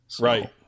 Right